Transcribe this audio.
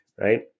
right